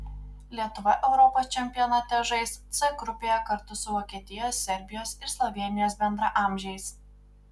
lietuva europos čempionate žais c grupėje kartu su vokietijos serbijos ir slovėnijos bendraamžiais